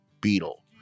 beetle